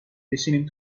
بشینیم